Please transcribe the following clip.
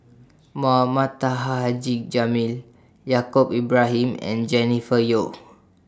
Mohamed Taha Haji Jamil Yaacob Ibrahim and Jennifer Yeo